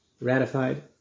ratified